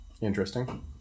interesting